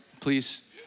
please